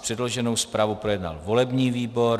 Předloženou zprávu projednal volební výbor.